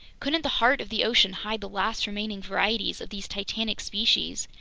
couldn't the heart of the ocean hide the last-remaining varieties of these titanic species,